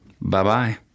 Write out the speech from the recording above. bye-bye